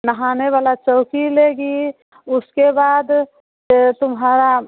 नहाने वला चौकी लेगी उसके बाद ये तुम्हारा